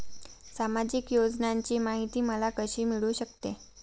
सामाजिक योजनांची माहिती मला कशी मिळू शकते?